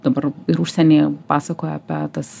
dabar ir užsienyje pasakojo apie tas